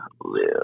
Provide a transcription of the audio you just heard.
live